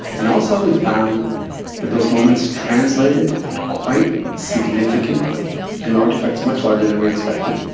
and also we found that those moments translated to quite significant and large effects, much larger than we expected,